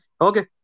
Okay